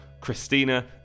Christina